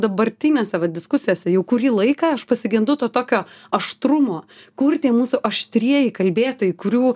dabartinėse va diskusijose jau kurį laiką aš pasigendu to tokio aštrumo kur tie mūsų aštrieji kalbėtojai kurių